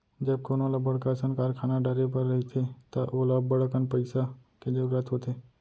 जब कोनो ल बड़का असन कारखाना डारे बर रहिथे त ओला अब्बड़कन पइसा के जरूरत होथे